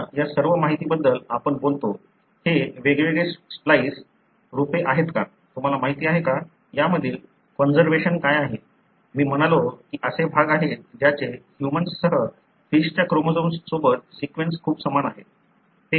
आता या सर्व माहितीबद्दल आपण बोलतो हे वेगवेगळे स्प्लाईस रूपे आहेत का तुम्हाला माहिती आहे का यामधील कॉन्झरवेशन काय आहे मी म्हणालो की असे भाग आहेत ज्याचे ह्यूमन्ससह फिशच्या क्रोमोझोम्स सोबत सीक्वेन्स खूप समान आहे